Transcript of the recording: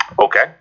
Okay